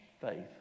Faith